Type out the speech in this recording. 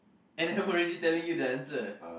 and I'm already telling you the answer